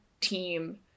team